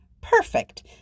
Perfect